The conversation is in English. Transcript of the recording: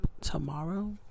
tomorrow